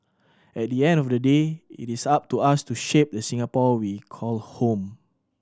at the end of the day it is up to us to shape the Singapore we call home